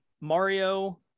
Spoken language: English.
Mario